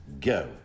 go